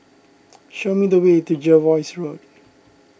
show me the way to Jervois Road